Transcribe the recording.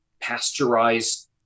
pasteurized